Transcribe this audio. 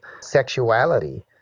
sexuality